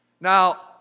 Now